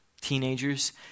teenagers